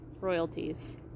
Royalties